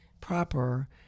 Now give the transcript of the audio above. proper